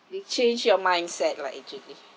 we changed your mindset lah actually